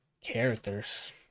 characters